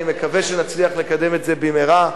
אני מקווה שנצליח לקדם את זה במהרה.